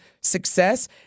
success